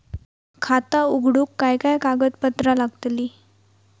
खाता उघडूक काय काय कागदपत्रा लागतली?